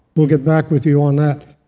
we'll get back with you on that.